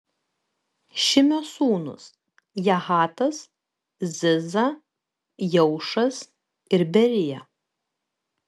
šimio sūnūs jahatas ziza jeušas ir berija